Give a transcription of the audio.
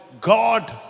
god